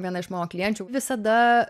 viena iš mano klienčių visada